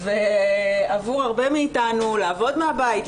ועבור הרבה מאתנו לעבוד מהבית,